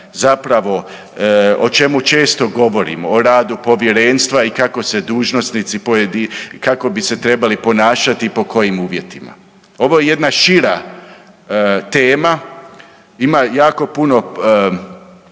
zapravo o čemu često govorimo, o radu povjerenstva i kako se dužnosnici, pojedi, kako bi se trebali ponašati, po kojim uvjetima. Ovo je jedna šira tema. Ima jako puno,